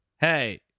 Hey